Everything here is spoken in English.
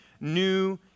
new